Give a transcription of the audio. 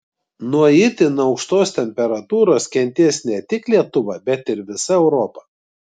nuo itin aukštos temperatūros kentės ne tik lietuva bet ir visa europa